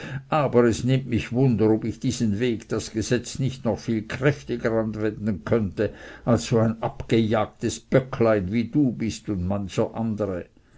aber es nimmt mich wunder ob ich diesen weg das gesetz nicht noch viel kräftiger anwenden könnte als so ein abgejagtes böcklein wie du bist und mancher andere